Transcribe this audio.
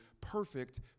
perfect